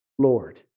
Lord